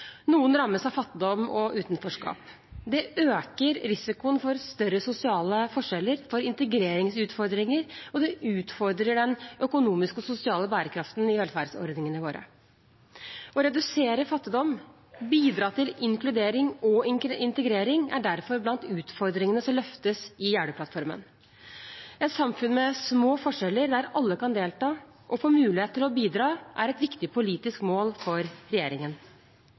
Noen rammes av fattigdom og utenforskap. Det øker risikoen for større sosiale forskjeller og for integreringsutfordringer, og det utfordrer den økonomiske og sosiale bærekraften i velferdsordningene våre. Å redusere fattigdom og bidra til inkludering og integrering er derfor blant utfordringene som løftes i Jeløya-plattformen. Et samfunn med små forskjeller der alle kan delta og få mulighet til å bidra, er et viktig politisk mål for regjeringen.